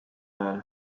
ajal